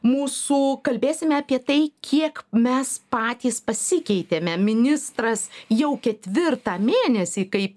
mūsų kalbėsime apie tai kiek mes patys pasikeitėme ministras jau ketvirtą mėnesį kaip